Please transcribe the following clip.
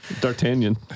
D'Artagnan